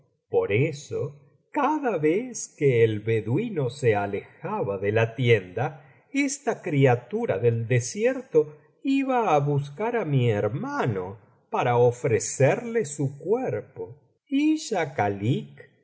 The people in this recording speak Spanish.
por eso cada vez que el beduino se alejaba de la tienda esta criatura del desierto iba á buscar á mi hermano para ofrecerle su cuerpo y schakalik que se